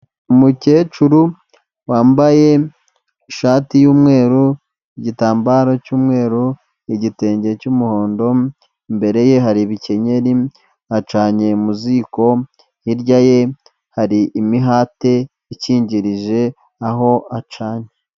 Umukecuru wambaye ishati y'umweru, igitambaro cy'umweru, igitenge cy'umuhondo, imbere ye hari ibikenyeri acanye mu ziko, hirya ye hari imihate ikingirije aho acanye.